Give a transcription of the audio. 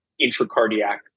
intracardiac